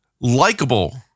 likable